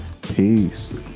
Peace